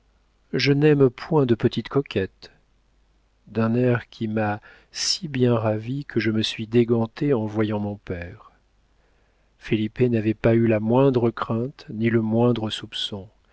je n'aime point de petite coquette d'un air qui m'a si bien ravie que je me suis dégantée en voyant mon père felipe n'avait pas eu la moindre crainte ni le moindre soupçon